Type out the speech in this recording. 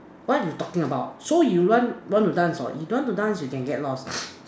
what you talking about so you want want to dance not if you don't want to dance you can get lost